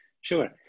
Sure